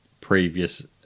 previous